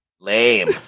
Lame